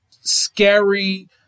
scary